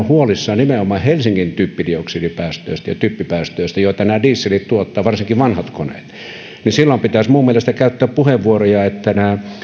huolissaan nimenomaan helsingin typpidioksidipäästöistä ja typpipäästöistä joita nämä dieselit tuottavat varsinkin vanhat koneet silloin pitäisi minun mielestäni käyttää puheenvuoroja että nämä